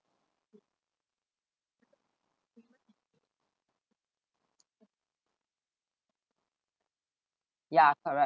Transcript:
ya correct